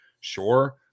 sure